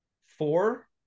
four